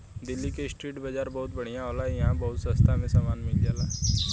दिल्ली के स्ट्रीट बाजार बहुत बढ़िया होला इहां बहुत सास्ता में सामान मिल जाला